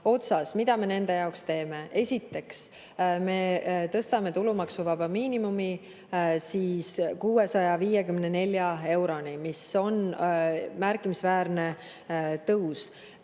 osas. Mida me nende jaoks teeme? Esiteks, me tõstame tulumaksuvaba miinimumi 654 euroni, mis on märkimisväärne tõus.